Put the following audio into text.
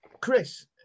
Chris